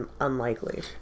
unlikely